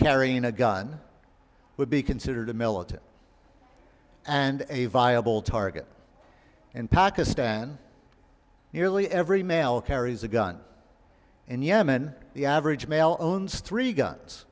carrying a gun would be considered a militant and a viable target in pakistan nearly every male carries a gun in yemen the average male owns three guns